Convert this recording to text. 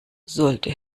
sollte